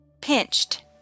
pinched